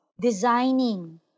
designing